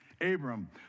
Abram